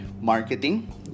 marketing